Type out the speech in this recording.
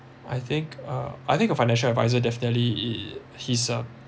I think uh I think a financial advisor definitely he's a